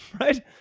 right